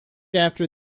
after